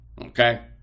Okay